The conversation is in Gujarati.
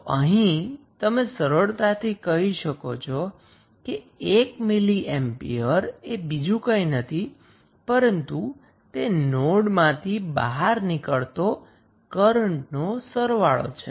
તો અહીં તમે સરળતાથી કહી શકો છો કે 1 મિલિ એમ્પિયર એ બીજું કંઈ નથી પરંતુ તે નોડમાંથી બહાર નિકળતા કરન્ટનો સરવાળો છે